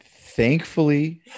Thankfully